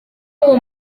uwo